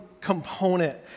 component